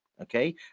okay